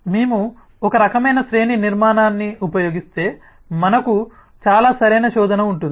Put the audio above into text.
మేము ఒకరకమైన శ్రేణి నిర్మాణాన్ని ఉపయోగిస్తే మనకు చాలా సరైన శోధన ఉంటుంది